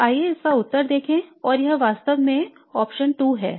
अब आइए इसका उत्तर देखें और यह वास्तव में II है